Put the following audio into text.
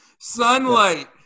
sunlight